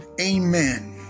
Amen